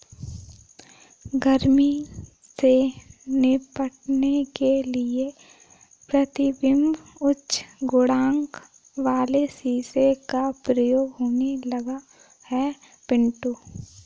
गर्मी से निपटने के लिए प्रतिबिंब उच्च गुणांक वाले शीशे का प्रयोग होने लगा है पिंटू